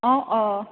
অ অ